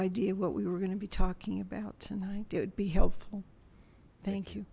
idea what we were going to be talking about and i did be helpful thank you